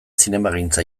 zinemagintza